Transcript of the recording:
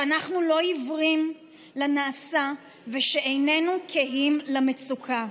שאנחנו לא עיוורים לנעשה ושאיננו קהים למצוקה.